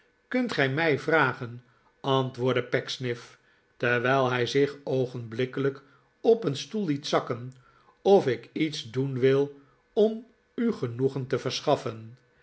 kunt gij mij vragen antwoordde pecksniff terwijl hij zich oogenblikkelijk op een stoel liet zakken of ik iets doen wil om u genoegen te verschaffen